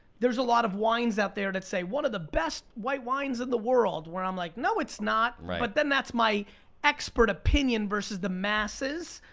there's a lot of wines out there that say one of the best white wines in the world where i'm like, no it's not, but then that's my expert opinion versus the masses.